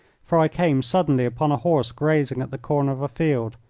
for i came suddenly upon a horse grazing at the corner of a field,